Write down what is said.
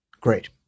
Great